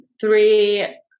Three